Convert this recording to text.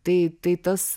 tai tai tas